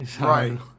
Right